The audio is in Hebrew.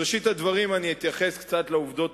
בראשית הדברים אני אתייחס קצת לעובדות